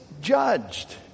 Judged